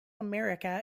america